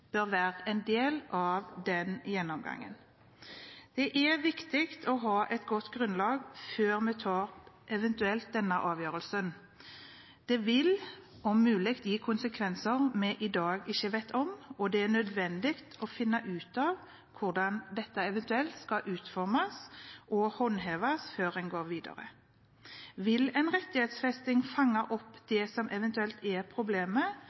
bør være en del av den gjennomgangen. Det er viktig å ha et godt grunnlag før vi eventuelt tar denne avgjørelsen. Det vil, om mulig, gi konsekvenser vi i dag ikke vet om, og det er nødvendig å finne ut hvordan dette eventuelt skal utformes og håndheves, før en går videre. Vil en rettighetsfesting fange opp det som eventuelt er problemet,